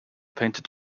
painted